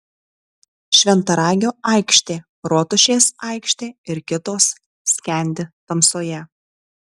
šventaragio aikštė rotušės aikštė ir kitos skendi tamsoje